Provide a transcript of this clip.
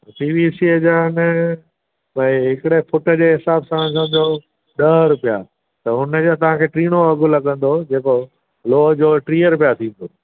P V C एल जा न भई हिकिड़े फुट जे हिसाब सां अञां चओ ॾह रुपिया त हुन जो तव्हांखे टीणो अघु लॻंदो जेको लोह जो टीह रुपिया अधीक